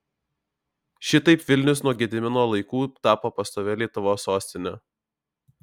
šitaip vilnius nuo gedimino laikų tapo pastovia lietuvos sostine